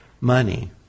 money